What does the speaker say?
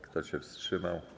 Kto się wstrzymał?